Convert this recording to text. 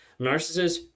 Narcissists